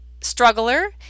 struggler